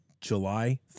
July